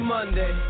Monday